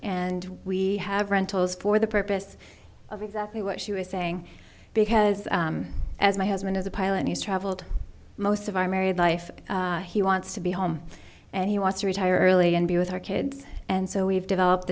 and we have rentals for the purpose of exactly what she was saying because as my husband is a pilot he's traveled most of our married life he wants to be home and he wants to retire early and be with our kids and so we've developed